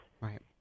right